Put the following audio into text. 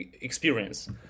experience